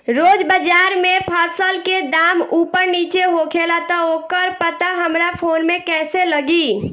रोज़ बाज़ार मे फसल के दाम ऊपर नीचे होखेला त ओकर पता हमरा फोन मे कैसे लागी?